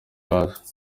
hasi